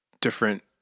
different